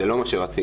זה לא מה שרצינו,